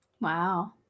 wow